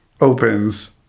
opens